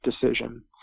decision